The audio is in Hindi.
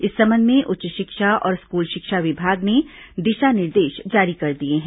इस संबंध में उच्च शिक्षा और स्कूल शिक्षा विभाग ने दिशा निर्देश जारी कर दिए हैं